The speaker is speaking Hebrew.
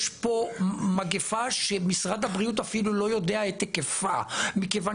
יש פה מגפה שמשרד הבריאות אפילו לא יודע את היקפה מכיוון